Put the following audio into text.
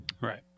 right